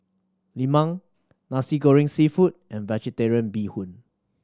Lemang Nasi Goreng Seafood and Vegetarian Bee Hoon